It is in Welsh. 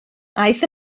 aeth